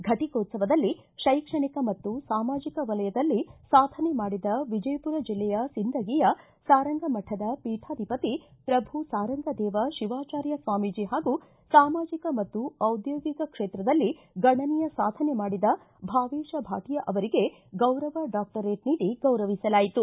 ಫಟಿಕೋತ್ಸವದಲ್ಲಿ ಶೈಕ್ಷಣಿಕ ಮತ್ತು ಸಾಮಾಜಿಕ ವಲಯದಲ್ಲಿ ಸಾಧನೆ ಮಾಡಿದ ವಿಜಯಪುರ ಜಿಲ್ಲೆಯ ಸಿಂದಗಿಯ ಸಾರಂಗ ಮಕದ ಪೀತಾಧಿಪತಿ ಶ್ರಭು ಸಾರಂಗದೇವ ಶಿವಾಚಾರ್ಯ ಸ್ವಾಮೀಜಿ ಹಾಗೂ ಸಾಮಾಜಿಕ ಮತ್ತು ದಿದ್ಯೋಗಿಕ ಕ್ಷೇತ್ರದಲ್ಲಿ ಗಣನೀಯ ಸಾಧನೆ ಮಾಡಿದ ಭಾವೇಪ ಭಾಟಿಯಾ ಅವರಿಗೆ ಗೌರವ ಡಾಕ್ಟರೇಟ್ ನೀಡಿ ಗೌರವಿಸಲಾಯಿತು